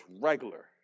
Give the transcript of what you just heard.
regular